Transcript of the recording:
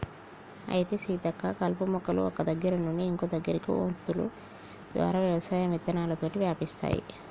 అయితే సీతక్క కలుపు మొక్కలు ఒక్క దగ్గర నుండి ఇంకో దగ్గరకి వొంతులు ద్వారా వ్యవసాయం విత్తనాలతోటి వ్యాపిస్తాయి